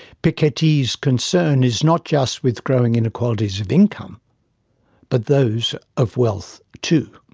piketty's concern is not just with growing inequalities of income but those of wealth, too.